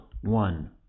One